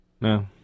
no